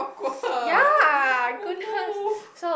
awkward oh no